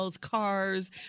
cars